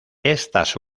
estas